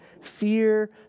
fear